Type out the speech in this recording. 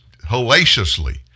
hellaciously